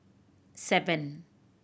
seven